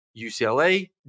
UCLA